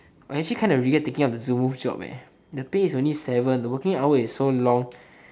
I actually kind of regret taking up the zoo move job leh the pay is only seven the working hours is so long